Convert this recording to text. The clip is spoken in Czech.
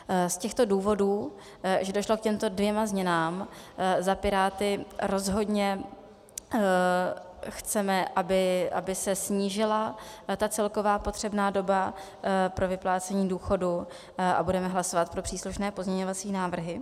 Z těchto důvodů, že došlo k těmto dvěma změnám, za Piráty rozhodně chceme, aby se snížila celková potřebná doba pro vyplácení důchodu, a budeme hlasovat pro příslušné pozměňovací návrhy.